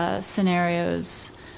scenarios